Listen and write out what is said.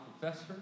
professor